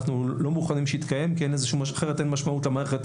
אנחנו לא מוכנים שיתקיים כי אחרת אין משמעות למערכת,